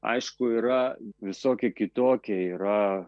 aišku yra visokie kitokie yra